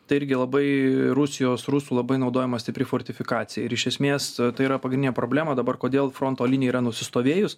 tai irgi labai rusijos rusų labai naudojama stipri fortifikacija ir iš esmės tai yra pagrindinė problema dabar kodėl fronto linija yra nusistovėjus